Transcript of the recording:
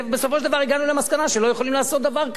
בסופו של דבר הגענו למסקנה שלא יכולים לעשות דבר כזה.